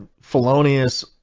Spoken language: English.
felonious